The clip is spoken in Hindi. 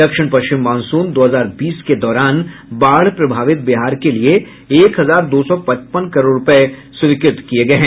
दक्षिण पश्चिम मॉनसून दो हजार बीस के दौरान बाढ़ प्रभावित बिहार के लिए एक हजार दो सौ पचपन करोड़ रुपये स्वीकृत किए गए हैं